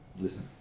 Listen